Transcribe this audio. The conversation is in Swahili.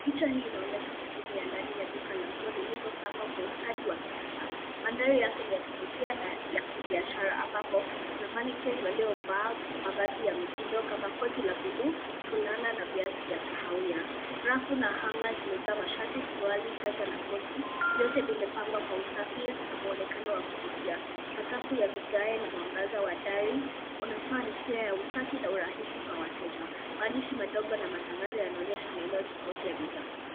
Picha hii inaonyesha sehemu ya ndani ya duka la nguo lililopangwa kwa ustadi wa kisasa. Mandhari yake ni ya kuvutia na ya kibiashara ambapo kuna mannequins waliovaa mavazi ya mtindo kama koti la blue , fulana na viatu vya kahawia. Rafu na hanga zimejaa mashati, suruali, sweta na koti, vyote vimepangwa kwa usafi na muonekano wa kuvutia. Sakafu ya vigae na mwangaza wa dari unatoa hisia ya usafi na urahisi kwa wateja. Maandishi madogo na matangazo yanaonyesha maeneo tofauti ya bidhaa.